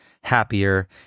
happier